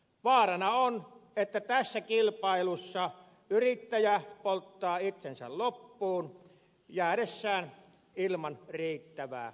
vaarana on että tässä kilpailussa yrittäjä polttaa itsensä loppuun jäädessään ilman riittävää lepoa